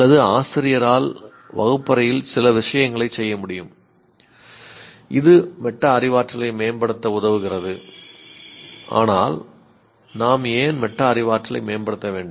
அல்லது ஆசிரியரால் வகுப்பறையில் சில விஷயங்களைச் செய்ய முடியும் இது மெட்டா அறிவாற்றலை மேம்படுத்த உதவுகிறது ஆனால் நாம் ஏன் மெட்டா அறிவாற்றலை மேம்படுத்த வேண்டும்